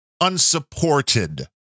unsupported